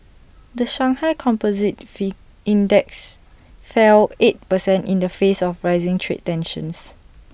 the Shanghai composite fee index fell eight percent in the face of rising trade tensions